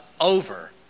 over